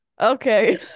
Okay